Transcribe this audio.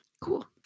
Cool